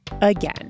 Again